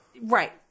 right